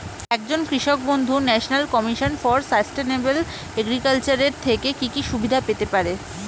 একজন কৃষক বন্ধু national commission for sustainable agriculture এর থেকে কি কি সুবিধা পেতে পারে?